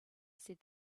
said